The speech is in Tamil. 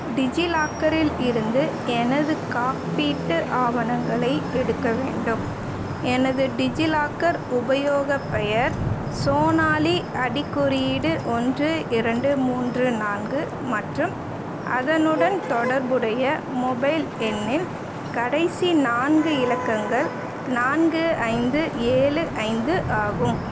டிஜிலாக்கரில் இருந்து எனது காப்பீட்டு ஆவணங்களை எடுக்க வேண்டும் எனது டிஜிலாக்கர் உபயோகப் பெயர் சோனாலி அடிக்குறியீடு ஒன்று இரண்டு மூன்று நான்கு மற்றும் அதனுடன் தொடர்புடைய மொபைல் எண்ணின் கடைசி நான்கு இலக்கங்கள் நான்கு ஐந்து ஏழு ஐந்து ஆகும்